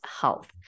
health